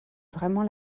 vraiment